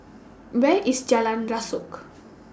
Where IS Jalan Rasok